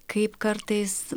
kaip kartais